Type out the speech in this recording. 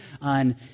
on